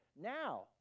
Now